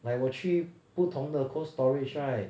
like 我去不同的 Cold Storage right